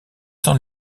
sans